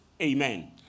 Amen